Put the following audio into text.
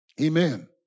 Amen